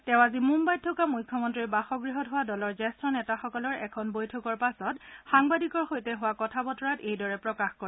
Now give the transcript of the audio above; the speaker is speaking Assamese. তেওঁ আজি মুন্নাইত থকা মুখ্যমন্ত্ৰীৰ বাসগৃহত হোৱা দলৰ জ্যেষ্ঠ নেতাসকলৰ এখন বৈঠকৰ পাছত সাংবাদিকৰ সৈতে হোৱা কথাবতৰাত এইদৰে প্ৰকাশ কৰে